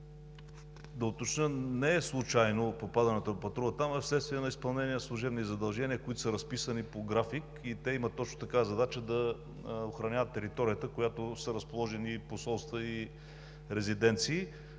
ще уточня – не е случайно попадането на патрула там, а вследствие на изпълнение на служебни задължения, разписани по график, и те имат точно такава задача да охраняват територията, на която са разположени посолства и резиденции.